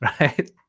right